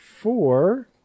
four